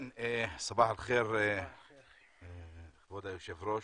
כן, סבאח אל ח'יר, כבוד היושב ראש,